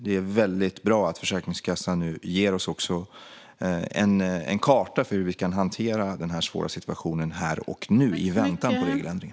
Det är väldigt bra att Försäkringskassan ger oss en karta för hur vi ska hantera den svåra situationen här och nu i väntan på regeländringar.